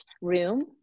room